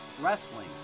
wrestling